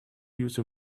use